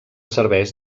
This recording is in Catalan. serveix